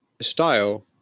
style